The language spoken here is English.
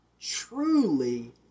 truly